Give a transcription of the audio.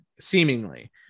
seemingly